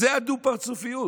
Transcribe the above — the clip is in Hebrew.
זו הדו-פרצופיות.